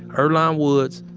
earlonne woods,